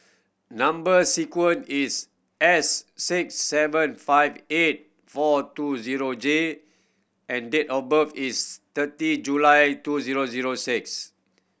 number sequence is S six seven five eight four two zero J and date of birth is thirty July two zero zero six